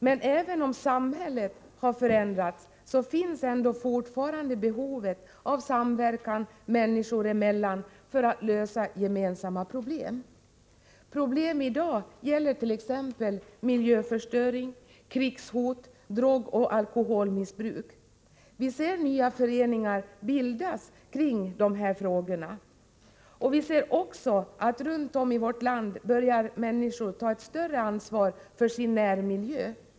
Men även om samhället har förändrats, finns ändå fortfarande behovet av samverkan människor emellan för att lösa gemensamma problem. Problemen i dag gäller t.ex. miljöförstöring, krigshot samt drogoch alkoholmissbruk. Vi ser nya föreningar bildas kring dessa frågor. Vi ser också att människor runt om i vårt land börjar ta ett större ansvar för sin närmiljö.